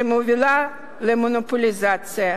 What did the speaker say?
שמובילה למונופוליזציה,